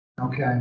Okay